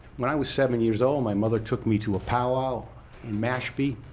when i was seven years old my mother took me to a powwow in mashpee,